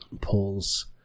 pulls